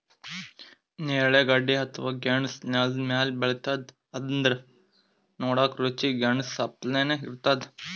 ನೇರಳೆ ಗಡ್ಡಿ ಅಥವಾ ಗೆಣಸ್ ನೆಲ್ದ ಮ್ಯಾಲ್ ಬೆಳಿತದ್ ಆದ್ರ್ ನೋಡಕ್ಕ್ ರುಚಿ ಗೆನಾಸ್ ಅಪ್ಲೆನೇ ಇರ್ತದ್